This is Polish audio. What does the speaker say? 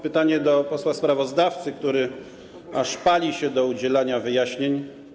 Pytanie do posła sprawozdawcy, który aż pali się do udzielania wyjaśnień.